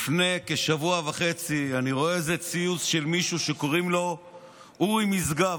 לפני כשבוע וחצי אני רואה איזה ציוץ של מישהו שקוראים לו אורי משגב.